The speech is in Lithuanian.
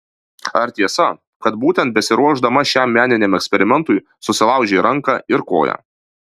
ar tiesa kad būtent besiruošdama šiam meniniam eksperimentui susilaužei ranką ir koją